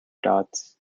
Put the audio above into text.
dots